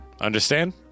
Understand